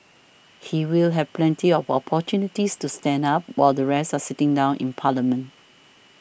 he will have plenty of opportunities to stand up while the rest are sitting down in parliament